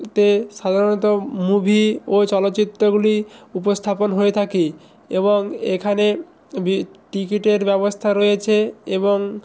তে সাধারণত মুভি ও চলচ্চিত্রগুলি উপস্থাপন হয়ে থাকে এবং এখানে বি টিকিটের ব্যবস্থা রয়েছে এবং